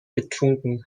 getrunken